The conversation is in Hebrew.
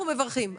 אנחנו מברכים.